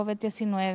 COVID-19